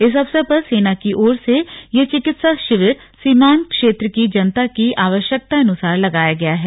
इस अवसर पर सेना की ओर से ये चिकित्सा शिविर सीमान्त क्षेत्र की जनता की आवश्कतानुसार लगाया गया है